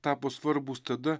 tapo svarbūs tada